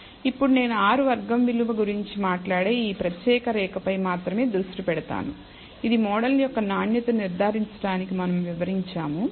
ఇప్పుడు నేను R వర్గం విలువ గురించి మాట్లాడే ఈ ప్రత్యేక రేఖపై మాత్రమే దృష్టి పెడతాను ఇది మోడల్ యొక్క నాణ్యతను నిర్ధారించడానికి మనం వివరించాము